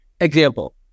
example